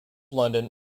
london